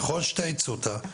ככל שתאיצו אותה,